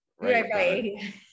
right